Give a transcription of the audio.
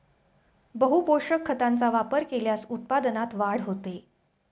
बहुपोषक खतांचा वापर केल्यास उत्पादनात वाढ होते